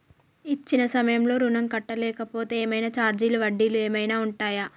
ఇచ్చిన సమయంలో ఋణం కట్టలేకపోతే ఏమైనా ఛార్జీలు వడ్డీలు ఏమైనా ఉంటయా?